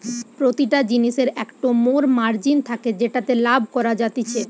প্রতিটা জিনিসের একটো মোর মার্জিন থাকে যেটাতে লাভ করা যাতিছে